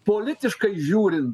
politiškai žiūrint